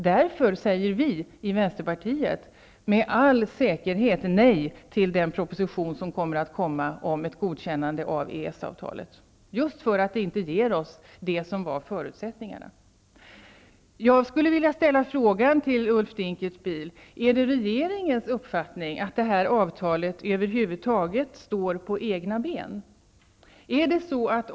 Därför säger vi i vänsterpartiet med all säkerhet nej till den proposition som skall komma om ett godkännande av EES-avtalet -- just för att det inte ger oss det som var förutsatt. Jag vill fråga Ulf Dinkelspiel: Är det regeringens uppfattning att detta avtal över huvud taget står på egna ben?